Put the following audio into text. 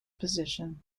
position